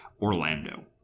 Orlando